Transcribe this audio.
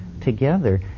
together